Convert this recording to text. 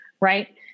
right